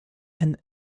and